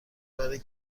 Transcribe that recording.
برای